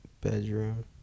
bedroom